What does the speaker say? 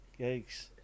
Yikes